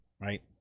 right